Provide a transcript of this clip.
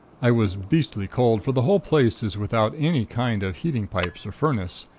i was beastly cold, for the whole place is without any kind of heating pipes or furnace,